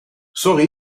sorry